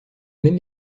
même